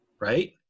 Right